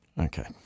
Okay